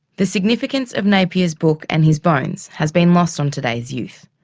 the significance of napier's book and his bones has been lost on today's youth,